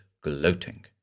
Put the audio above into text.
gloating